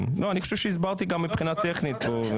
אני חושב שהסברתי גם מבחינה טכנית.